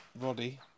Roddy